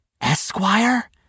Esquire